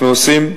אנחנו עושים,